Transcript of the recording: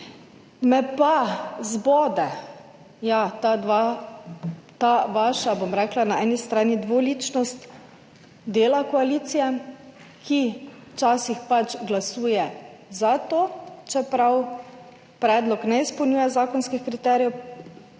Me pa zbode ta vaša, na eni strani, dvoličnost dela koalicije, ki pač včasih glasuje za to, čeprav predlog ne izpolnjuje zakonskih kriterijev,